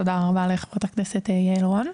תודה רבה לחברת הכנסת יעל רון.